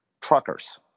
truckers